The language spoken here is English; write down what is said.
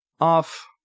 off